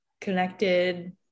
connected